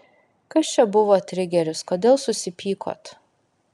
kas čia buvo trigeris kodėl susipykot